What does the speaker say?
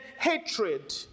hatred